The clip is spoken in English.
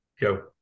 Go